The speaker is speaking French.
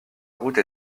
route